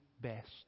best